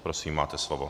Prosím, máte slovo.